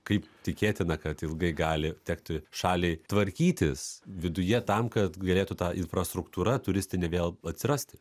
kaip tikėtina kad ilgai gali tekti šaliai tvarkytis viduje tam kad galėtų ta infrastruktūra turistinė vėl atsirasti